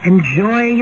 Enjoy